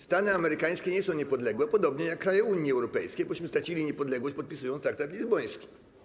Stany amerykańskie nie są niepodległe, podobnie jak kraje Unii Europejskiej, bośmy stracili niepodległość, podpisując traktat lizboński.